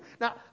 Now